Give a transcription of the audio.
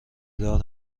دار